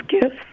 gifts